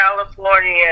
California